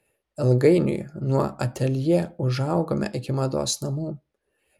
ilgainiui nuo ateljė užaugome iki mados namų